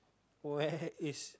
where is